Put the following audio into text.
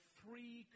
three